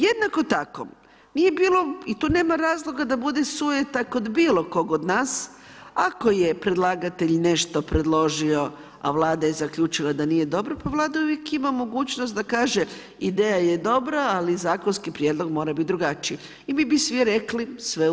Jednako tako, nije bilo i tu nema razloga da bude sueta kod bilo kog od nas, ako je predlagatelj nešto predložio, a Vlada je zaključila da nije dobro pa Vlada uvijek ima mogućnost da kaže ideja je dobra, ali zakonski prijedlog mora bit drugačiji i mi bi svi rekli sve u redu.